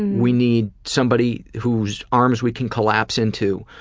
we need somebody whose arms we can collapse into,